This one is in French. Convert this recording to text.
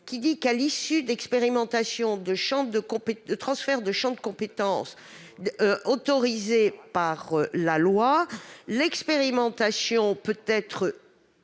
disposant qu'à l'issue d'expérimentations de transferts de champs de compétences autorisés par la loi, l'expérimentation peut-être